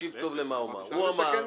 תקשיב טוב למה שהוא אמר.